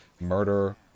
murder